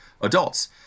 adults